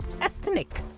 ethnic